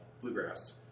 bluegrass